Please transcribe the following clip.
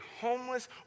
homeless